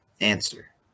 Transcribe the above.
Answer